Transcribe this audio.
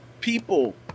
people